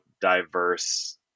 diverse